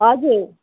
हजुर